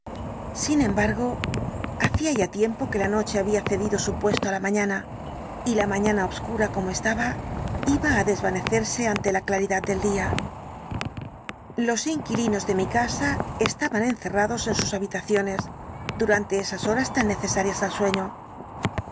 sin embargo hacía ya tiempo que la noche había cedido su puesto á la mañana y la mañana obscura como estaba iba á desvanecerse ante la claridad del día los inquilinos de mi casa estaban encerrados en sus habitaciones durante esas horas tan necesarias al sueño